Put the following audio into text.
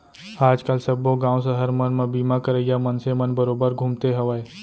आज काल सब्बो गॉंव सहर मन म बीमा करइया मनसे मन बरोबर घूमते हवयँ